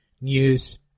News